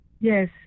Yes